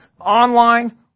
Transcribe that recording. online